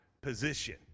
position